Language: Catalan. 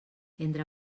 entre